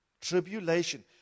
tribulation